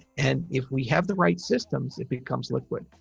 and if we have the right systems, it becomes liquid.